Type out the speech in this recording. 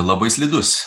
labai slidus